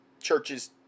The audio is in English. churches